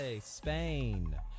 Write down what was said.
Spain